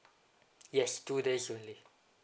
yes two days only